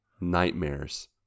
Nightmares